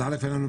אז אין ראשית,